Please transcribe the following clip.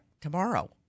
tomorrow